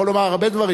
יכול לומר הרבה דברים.